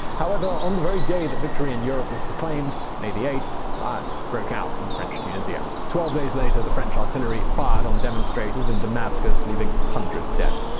however, on the very day that victory in europe was proclaimed, may eighth, riots broke out in french tunisia. twelve days later, the french artillery fired on demonstrators in damascus, leaving hundreds dead.